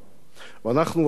ואני מבטיח לך היום,